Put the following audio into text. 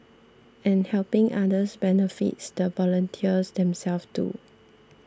and helping others benefits the volunteers themselves too